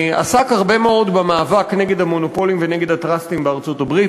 עסק הרבה מאוד במאבק נגד המונופולים ונגד הטרסטים בארצות-הברית,